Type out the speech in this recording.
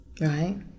Right